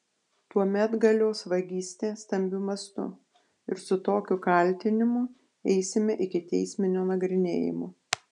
tuomet galios vagystė stambiu mastu ir su tokiu kaltinimu eisime iki teisminio nagrinėjimo